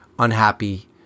unhappy